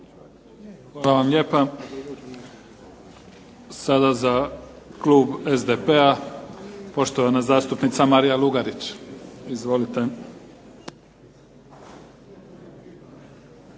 Hvala vam lijepa. Sada za klub SDP-a poštovana zastupnica Marija Lugarić. Izvolite.